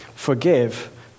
forgive